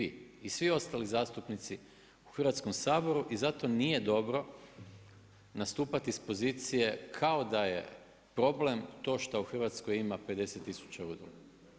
I svi ostali zastupnici u Hrvatskom saboru i zato nije dobro, nastupati iz pozicije, kao da je problem to što u Hrvatskoj ima 50000 udruga.